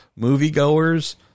moviegoers